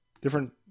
different